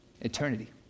Eternity